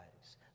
lives